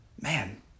Man